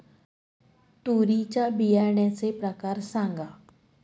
तूरीच्या बियाण्याचे प्रकार सांगा